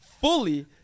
fully